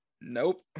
nope